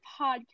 podcast